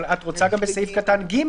אבל את רוצה גם בסעיף קטן (ג),